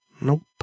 nope